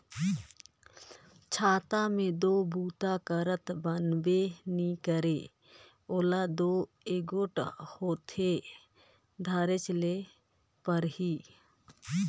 छाता मे दो बूता करत बनबे नी करे ओला दो एगोट हाथे धरेच ले परही